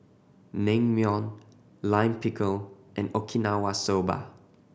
Naengmyeon Lime Pickle and Okinawa Soba